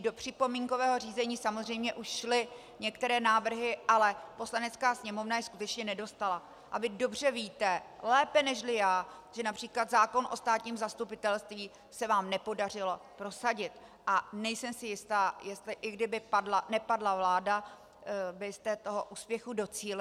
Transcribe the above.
Do připomínkového řízení samozřejmě už šly některé návrhy, ale Poslanecká sněmovna je skutečně nedostala, a vy dobře víte, lépe nežli já, že např. zákon o státním zastupitelství se vám nepodařilo prosadit, a nejsem si jista, jestli, i kdyby nepadla vláda, byste toho úspěchu docílili v roce 2013.